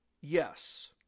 Yes